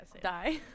Die